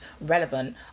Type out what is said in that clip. relevant